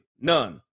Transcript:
None